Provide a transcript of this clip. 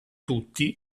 tutti